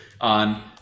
on